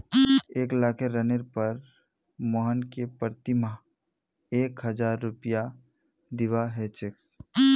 एक लाखेर ऋनेर पर मोहनके प्रति माह एक हजार रुपया दीबा ह छेक